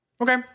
Okay